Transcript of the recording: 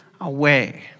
away